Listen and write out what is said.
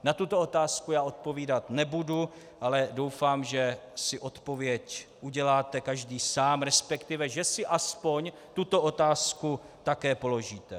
Na tuto otázku já odpovídat nebudu, ale doufám, že si odpověď uděláte každý sám, resp. že si aspoň tuto otázku také položíte.